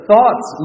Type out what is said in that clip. Thoughts